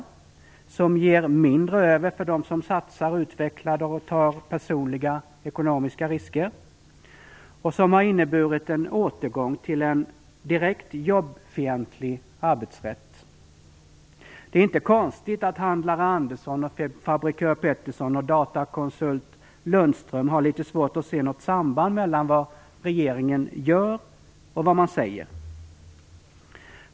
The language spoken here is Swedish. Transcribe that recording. Det har inneburit att det blir mindre över för den som satsar, utvecklar och tar personliga ekonomiska risker. De har dessutom inneburit en återgång till en direkt jobbfientlig arbetsrätt. Det är inte konstigt att handlare Andersson, fabrikör Pettersson och datakonsult Lundström har litet svårt att se något samband mellan vad regeringen gör och vad man säger.